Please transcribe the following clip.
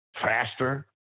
faster